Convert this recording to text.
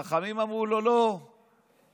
חכמים אמרו: לא, לא,